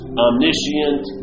omniscient